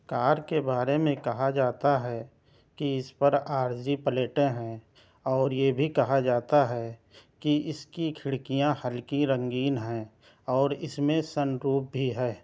کار کے بارے میں کہا جاتا ہے کہ اس پر عارضی پلیٹیں ہیں اور یہ بھی کہا جاتا ہے کہ اس کی کھڑکیاں ہلکی رنگین ہیں اور اس میں سن روف بھی ہے